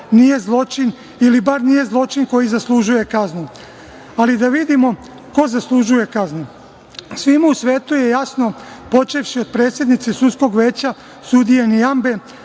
nije zločin ili bar nije zločin koji zaslužuje kaznu. Ali, da vidimo ko zaslužuje kaznu. Svima u svetu je jasno, počevši od predsednice sudskog veća, sudije Nijambe,